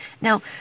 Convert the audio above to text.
Now